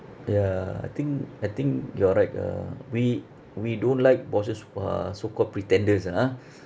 ya I think I think you're right ah we we don't like bosses who are so called pretenders a'ah